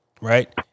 Right